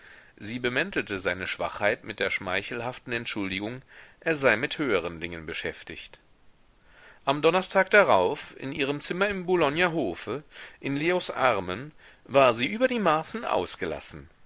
sie bemäntelte seine schwachheit mit der schmeichelhaften entschuldigung er sei mit höheren dingen beschäftigt am donnerstag darauf in ihrem zimmer im boulogner hofe in leos armen war sie über die maßen ausgelassen